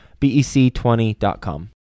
BEC20.com